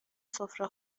سفره